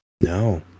No